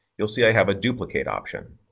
you'll see i have a duplicate option.